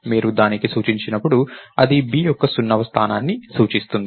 మీరు దానికి సూచించినప్పుడు అది b యొక్క 0వ స్థానాన్ని సూచిస్తుంది